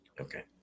Okay